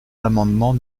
l’amendement